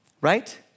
right